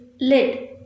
Lid